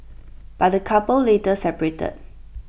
but the couple later separated